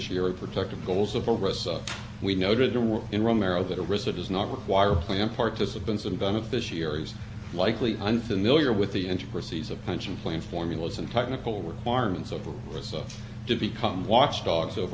book tensional plan errors in the uses but this concern is not implicated here miller does not complain about the notice provided to him of his rights so when you get back to the issue of rights the standard is